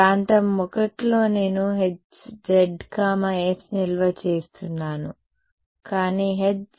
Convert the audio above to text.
ప్రాంతం I లో నేను H zs నిల్వ చేస్తున్నాను కానీ Hzt కాదు